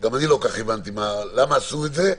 גם אני לא כל כך הבנתי למה עשו את זה.